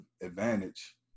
advantage